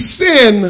sin